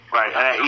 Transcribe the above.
right